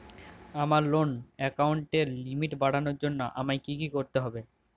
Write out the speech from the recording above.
আমার লোন অ্যাকাউন্টের লিমিট বাড়ানোর জন্য আমায় কী কী করতে হবে?